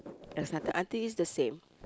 as nothing I think is the same